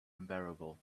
unbearable